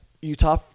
Utah